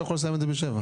אתה יכול לסיים בשבע.